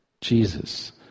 Jesus